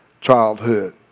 childhood